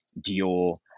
Dior